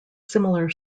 similar